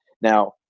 now